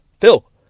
Phil